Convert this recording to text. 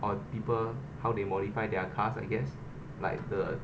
on people how they modify their cars I guess like the creativity mm ya